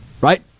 right